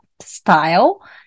style